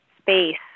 space